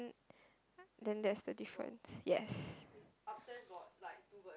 then there is the difference yes